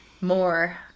more